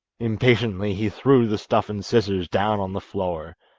impatiently he threw the stuff and scissors down on the floor.